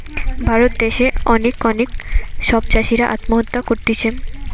ভারত দ্যাশে অনেক অনেক সব চাষীরা আত্মহত্যা করতিছে